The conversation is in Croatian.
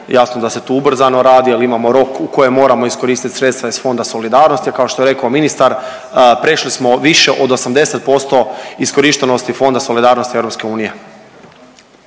Jasno da se tu ubrzano radi, jer imamo rok u kojem moram iskoristiti sredstva iz Fonda solidarnosti. A kao što je rekao ministar prešli smo više od 80% iskorištenosti Fonda solidarnosti EU.